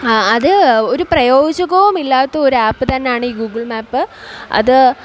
അത് ഒരു പ്രയോജനവും ഇല്ലാത്ത ഒരു ആപ്പ് തന്നെയാണ് ഈ ഗൂഗിൾ മാപ്പ് അത്